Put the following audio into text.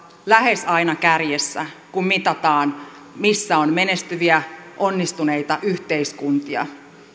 lähes aina kärjessä kun mitataan missä on menestyviä onnistuneita yhteiskuntia